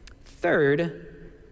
Third